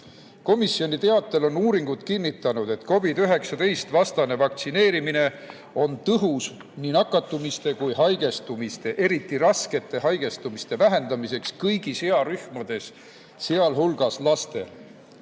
Komisjoni teatel on uuringud kinnitanud, et COVID-19 vastu vaktsineerimine on tõhus nii nakatumiste kui haigestumiste, eriti raskete haigestumiste vähendamiseks kõigis earühmades, sealhulgas laste